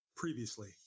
Previously